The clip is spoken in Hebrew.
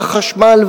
והחשמל,